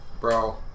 Bro